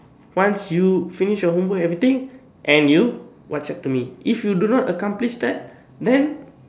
once you finish your homework and everything and you WhatsApp to me if you do not accomplish that then